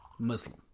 Muslim